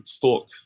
talk